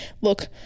Look